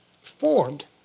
formed